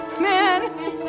Man